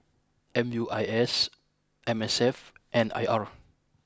M U I S M S F and I R